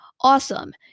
Awesome